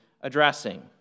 addressing